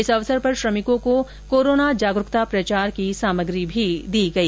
इस अवसर पर श्रमिकों को कोरोना जागरूकता प्रचार की सामग्री भी दी गई